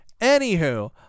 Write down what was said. anywho